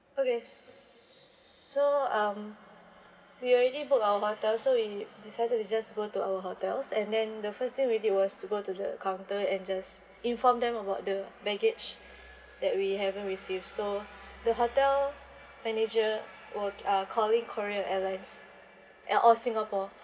okay s~ so um we already booked our hotel so we decided to just go to our hotels and then the first thing we did was to go to the counter and just inform them about the baggage that we haven't received so the hotel manager were uh calling korea airlines uh uh singapore